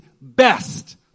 best